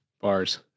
Bars